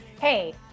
Hey